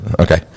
Okay